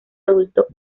adulto